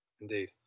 Indeed